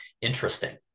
interesting